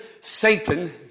Satan